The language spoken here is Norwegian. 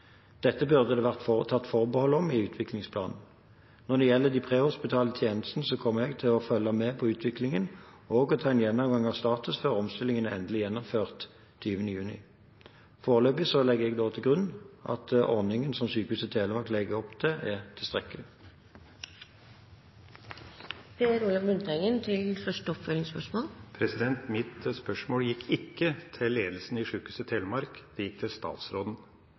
Dette burde det vært tatt forbehold om i utviklingsplanen. Når det gjelder de prehospitale tjenestene, kommer jeg til å følge med på utviklingen og ta en gjennomgang av status før omstillingen er endelig gjennomført 20. juni. Foreløpig legger jeg til grunn at ordningen som Sykehuset Telemark legger opp til, er tilstrekkelig. Mitt spørsmål gikk ikke til ledelsen i Sykehuset Telemark, det gikk til statsråden.